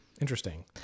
interesting